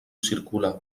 circular